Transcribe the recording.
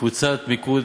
קבוצת מיקוד